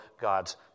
God's